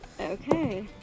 Okay